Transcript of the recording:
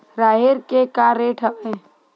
राहेर के का रेट हवय?